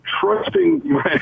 Trusting